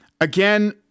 again